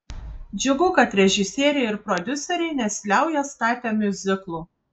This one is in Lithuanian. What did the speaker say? džiugu kad režisieriai ir prodiuseriai nesiliauja statę miuziklų